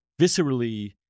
viscerally